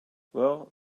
well